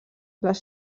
les